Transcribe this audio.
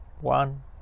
one